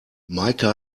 meike